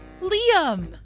Liam